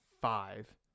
five